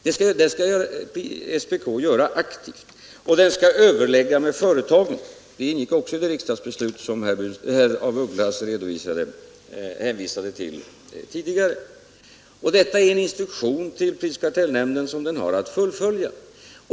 Det skall SPK göra aktivt och dessutom överlägga med företagen, vilket också ingick i det riksdagsbeslut som herr af Ugglas tidigare hänvisade till. Detta är en instruktion som prisoch kartellnämnden har att följa.